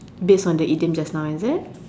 based on the idiom just now is it